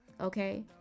okay